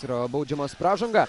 yra baudžiamas pražanga